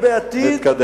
ובוא נתקדם.